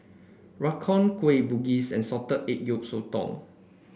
rawon Kueh Bugis and Salted Egg Yolk Sotong